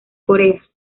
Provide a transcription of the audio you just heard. corea